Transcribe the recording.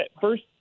first